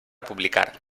publicar